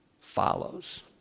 follows